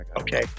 okay